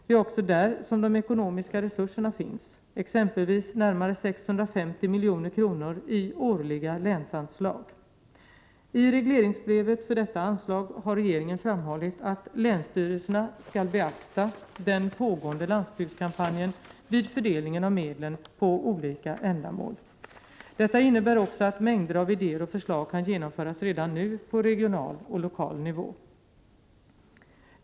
Det är också där som de ekonomiska resurserna finns, exempelvis närmare 650 milj.kr. i årliga länsanslag. I regleringsbrevet för detta anslag har regeringen framhållit att länsstyrelserna skall beakta den pågående landsbygdskampanjen vid fördelningen av medlen på olika ändamål. Detta innebär också att mängder av idéer och förslag kan genomföras redan nu på regional och lokal nivå.